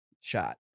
shot